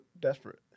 desperate